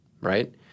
Right